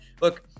Look